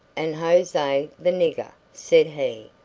and jose the nigger, said he.